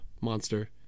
monster